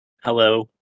hello